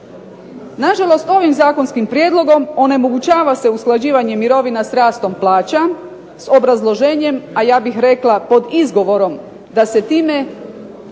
Na žalost ovim zakonskim prijedlogom onemogućava se usklađivanje mirovina s rastom plaća, s obrazloženjem, a ja bih rekla pod izgovorom da se time